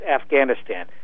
afghanistan